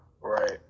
Right